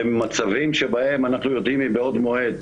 במצבים שבהם אנחנו יודעים מבעוד מועד,